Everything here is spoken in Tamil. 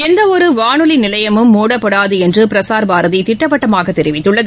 எந்தவொருவானொலிநிலையமும் மூடப்படாதுஎன்றுபிரசார் பாரதிதிட்டவட்டமாகதெரிவித்துள்ளது